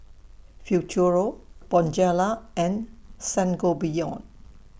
Futuro Bonjela and Sangobion